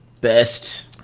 best